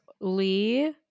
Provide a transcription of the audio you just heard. Lee